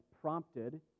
prompted